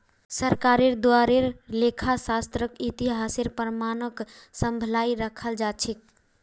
सरकारेर द्वारे लेखा शास्त्रक इतिहासेर प्रमाणक सम्भलई रखाल जा छेक